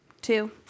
Two